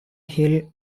hill